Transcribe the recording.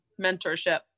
mentorship